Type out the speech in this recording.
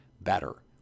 better